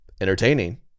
entertaining